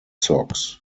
sox